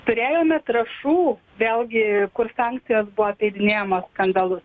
turėjome trašų vėlgi kur sankcijos buvo apeidinėjamos skandalus